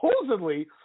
supposedly